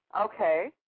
Okay